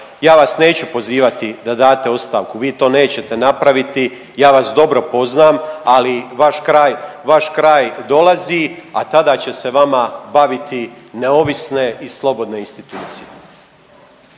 ja vas neću pozivati da date ostavku, vi to nećete napraviti, ja vas dobro poznam, ali vaš kraj, vaš kraj dolazi, a tada će se vama baviti neovisne i slobodne institucije.